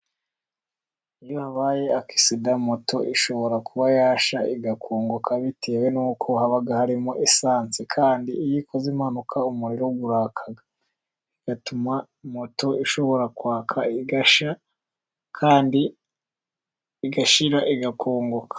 Iyo habaye akisida moto ishobora kuba yashya igakongoka bitewe n'uko haba harimo esanse, kandi iyo ikoze impanuka umuriro uraka, bigatuma moto ishobora kwaka igashya kandi igashira igakongoka.